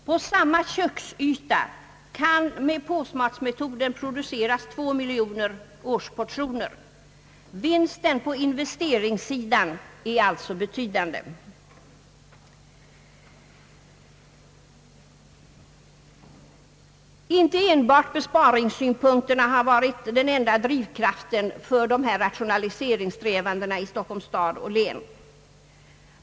På samma köksyta kan med påsmatsmetoden produceras 2 miljoner årsportioner. Vinsten på investeringssidan är alltså betydande. Inte enbart besparingssynpunkter har varit drivkraften för dessa rationaliseringssträvanden i Stockholms stad och län.